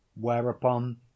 Whereupon